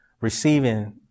receiving